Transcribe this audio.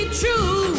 true